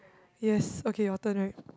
yes okay your turn right